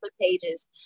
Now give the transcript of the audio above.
pages